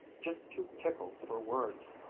just too tickled for words.